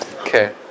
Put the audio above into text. Okay